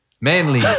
Manly